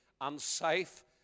unsafe